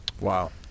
wow